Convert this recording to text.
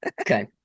okay